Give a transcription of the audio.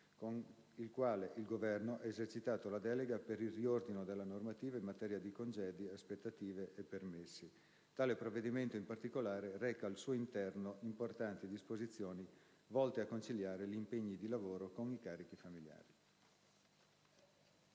con il quale il Governo ha esercitato la delega per il riordino della normativa in materia di congedi, aspettative e permessi. Tale provvedimento, in particolare, reca al suo interno importanti disposizioni volte a conciliare gli impegni di lavoro con i carichi familiari.